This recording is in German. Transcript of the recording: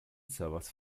servers